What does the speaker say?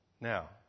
Now